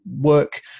work